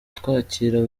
twakira